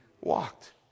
walked